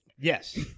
Yes